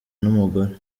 n’umugore